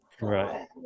right